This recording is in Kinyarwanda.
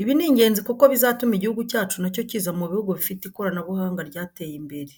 Ibi ni ingenzi kuko bizatuma Igihugu cyacu na cyo kiza mu buhugi bifite ikoranabuhanga ryateye imbere.